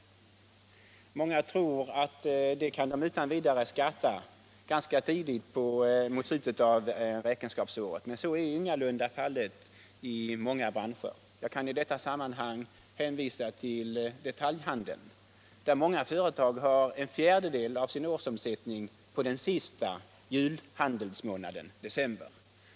Många tror att de utan vidare kan uppskatta detta ganska tidigt under räkenskapsåret, men så är i många branscher ingalunda fallet. Jag kan i detta sammanhang hänvisa till detaljhandeln, där många företag har en fjärdedel av sin årsomsättning på julhandelsmånaden december.